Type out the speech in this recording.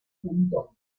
punto